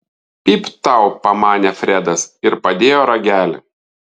pypt tau pamanė fredas ir padėjo ragelį